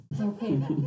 Okay